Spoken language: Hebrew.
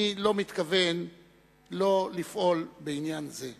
אני לא מתכוון לא לפעול בעניין זה.